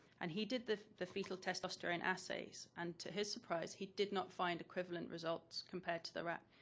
and he did the the fetal testosterone assays and to his surprise, he did not find equivalent results compared to the rat.